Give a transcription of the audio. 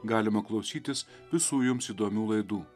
galima klausytis visų jums įdomių laidų